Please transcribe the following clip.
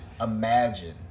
Imagine